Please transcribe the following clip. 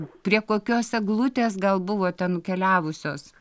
prie kokios eglutės gal buvote nukeliavusios